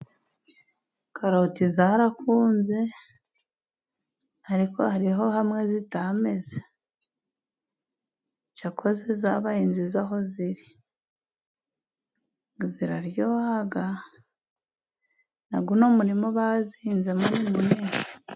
Karoti zarakunze, ariko hari hamwe zitameze, icyakora zabaye nziza aho zihinze , ziraryoha nuy'umurima bazihinzemo ni munini.